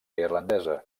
irlandesa